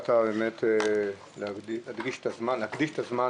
העלה חבר הכנסת אבי ניסנקורן